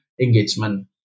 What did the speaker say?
engagement